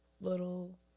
little